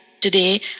today